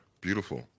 beautiful